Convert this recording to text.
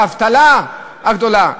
האבטלה הגדולה,